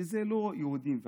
שזה לא יהודים וערבים,